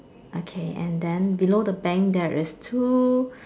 okay and then below the bank there is two